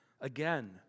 again